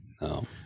No